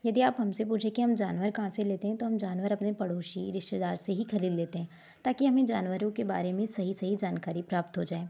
यदि आप हमसे पूछे कि हम जानवर कहाँ से लेते हैं तो हम जानवर अपने पड़ोसी रिश्तेदार से ही खरीद लेते हैं ताकि हमें जानवरों के बारे में सही सही जानकारी प्राप्त हो जाए